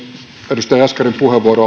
edustaja jaskarin puheenvuoro